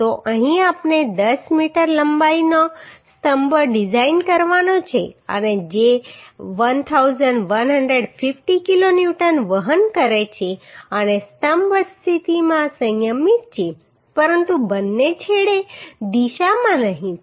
તો અહીં આપણે 10 મીટર લંબાઇનો સ્તંભ ડિઝાઇન કરવાનો છે અને જે 1150 કિલો ન્યૂટન વહન કરે છે અને સ્તંભ સ્થિતિમાં સંયમિત છે પરંતુ બંને છેડે દિશામાં નહીં